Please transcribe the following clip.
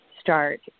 start